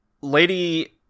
lady